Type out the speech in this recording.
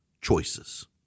choices